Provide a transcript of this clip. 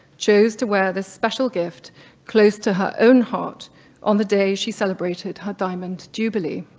chose to wear this special gift close to her own heart on the day she celebrated her diamond jubilee.